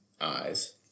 eyes